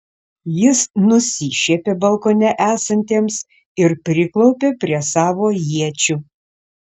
jis nusišiepė balkone esantiems ir priklaupė prie savo iečių